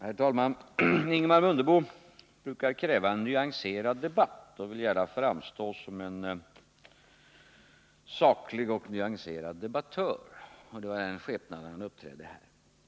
Herr talman! Ingemar Mundebo brukar kräva en nyanserad debatt och vill gärna framstå som en saklig och nyanserad debattör. Det var i den skepnaden han uppträdde här.